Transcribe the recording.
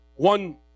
One